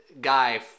guy